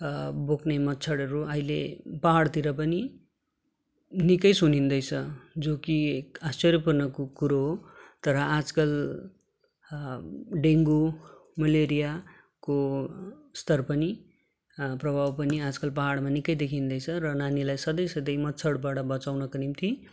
बोक्ने मच्छरहरू अहिले पहाडतिर पनि निकै सुनिँदैछ जो कि आश्चर्यपूर्णको कुरो हो तर आजकल डेङ्गु मलेरियाको स्तर पनि प्रभाव पनि आजकल पहाडमा निकै देखिदैँछ र नानीलाई सधैँ सधैँ मच्छरबाट बचाउनको निम्ति